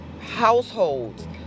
households